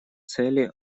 цели